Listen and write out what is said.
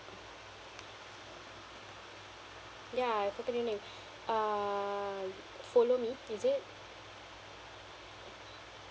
ya I forget the name uh follow me is it